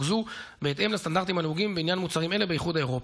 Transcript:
זו בהתאם לסטנדרטים הנהוגים בעניין מוצרים אלו באיחוד האירופי.